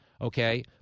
okay